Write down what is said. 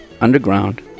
underground